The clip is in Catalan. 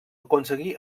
aconseguí